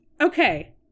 okay